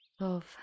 Love